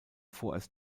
vorerst